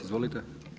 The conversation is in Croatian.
Izvolite.